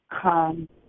come